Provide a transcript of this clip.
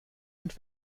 und